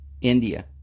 India